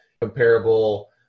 comparable